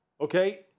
okay